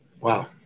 wow